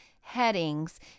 headings